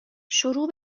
شروع